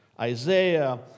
Isaiah